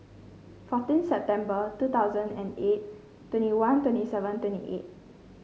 fourteen September two thousand and eight twenty one twenty seven twenty eight